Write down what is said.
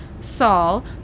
Saul